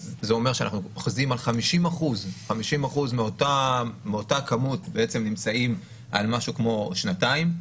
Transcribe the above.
זה אומר שאנחנו אוחזים 50% מאותו מספר שנמצאים משהו כמו שנתיים.